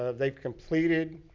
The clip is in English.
ah they've completed.